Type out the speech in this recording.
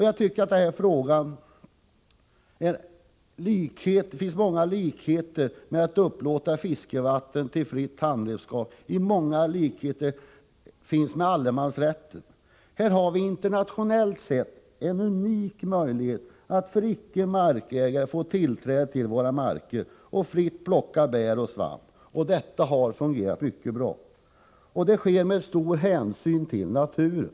Jag tycker att frågan om att upplåta fiskevatten till fritt handredskapsfiske i många delar visar likheter med allemansrätten. Här har vi internationellt sett en unik möjlighet för icke markägare att få tillträde till våra marker och fritt plocka bär och svamp. Detta har fungerat mycket bra. Det sker med stort hänsynstagande till naturen.